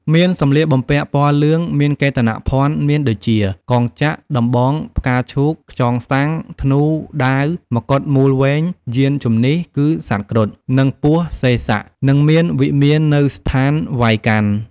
មានសម្លៀកបំពាក់ពណ៌លឿង មានកេតនភណ្ឌមានដូចជា កងចក្រ ,ដំបង ,ផ្កាឈូក ,ខ្យងស័ង្ខ ,ធ្នូ ,ដាវ ,ម្កុដមូលវែង យានជិនះ គឺសត្វគ្រុឌ និងពស់សេសៈ និងមានវិមាននៅស្ថានវៃកុណ្ឋ។